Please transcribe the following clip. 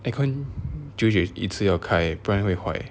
aircon 久久一次要开不然会坏